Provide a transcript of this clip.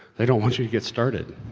they don't want you to get started.